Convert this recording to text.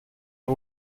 der